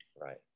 Right